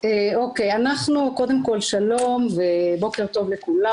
קודם כל שלום ובוקר טוב לכולם.